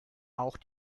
auch